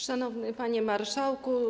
Szanowny Panie Marszałku!